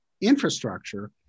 infrastructure